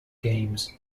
games